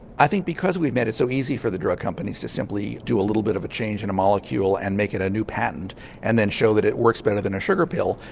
i think because we made it so easy for the drug companies to simply do a little bit of a change in a molecule and make it a new patent and then show that it works better than a sugar pill,